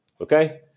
Okay